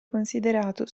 considerato